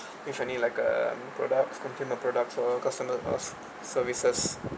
you have any like uh products consumer product for customer uh services